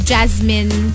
Jasmine